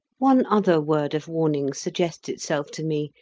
one other word of warning suggests itself to me,